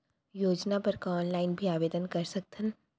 योजना बर का ऑनलाइन भी आवेदन कर सकथन?